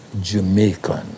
Jamaican